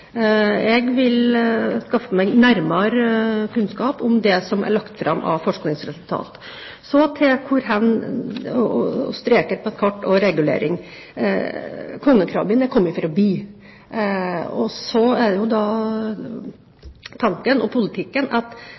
Jeg vil skaffe meg nærmere kunnskap om det som er lagt fram av forskningsresultater. Så til streker på et kart og regulering: Kongekrabben har kommet for å bli! Så er det tanken – og politikken – at